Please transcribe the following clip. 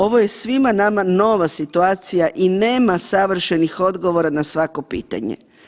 Ovo je svima nama nova situacija i nema savršenih odgovora na svako pitanje.